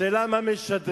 השאלה היא מה משדרים,